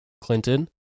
clinton